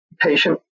Patient